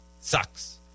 Sucks